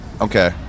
Okay